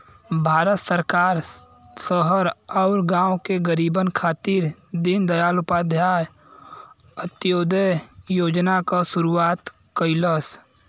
भारत सरकार शहर आउर गाँव के गरीबन खातिर दीनदयाल उपाध्याय अंत्योदय योजना क शुरूआत कइलस